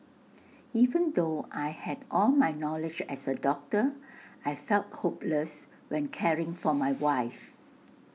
even though I had all my knowledge as A doctor I felt hopeless when caring for my wife